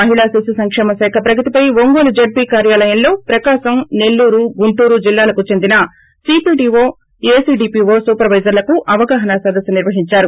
మహిళా శిశు సంకేమ శాఖ ప్రగతిపై ఒంగోలు జడ్సీ కార్యాలయంలో ప్రకాశం నెల్లూరు గుంటూరు జిల్లాకు చెందిన సీడీపీవో ఏసీడీపీవో సూపర్ వైజర్లకు అవగాహన సదస్సు నిర్వహిందారు